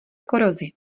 korozi